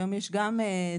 היום יש גם תקנות,